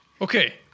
Okay